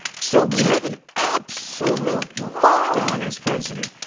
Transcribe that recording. so we have an absolute moron as president,